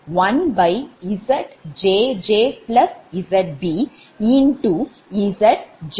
இங்கு Ik 1ZjjZbZj1I1Zj2I2